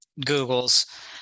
Googles